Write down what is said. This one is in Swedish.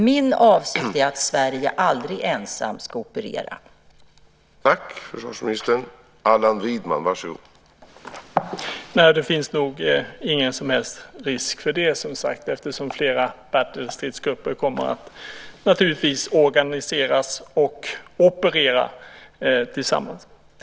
Min avsikt är alltså att Sverige aldrig ska operera ensamt.